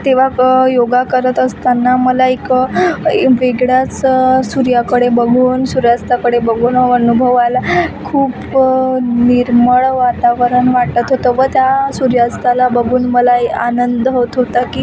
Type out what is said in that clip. तेव्हा क योगा करत असताना मला एक एक वेगळाच सूर्याकडे बघून सूर्यास्ताकडे बघून हा अनुभव आला खूप निर्मळ वातावरण वाटत होतं व त्या सूर्यास्ताला बघून मलाही आनंद होत होता की